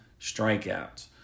strikeouts